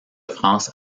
france